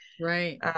right